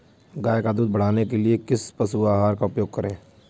गाय का दूध बढ़ाने के लिए किस पशु आहार का उपयोग करें?